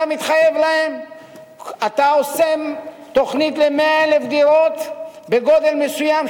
אתה עושה תוכנית ל-100,000 דירות בגודל מסוים,